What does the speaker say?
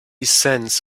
cents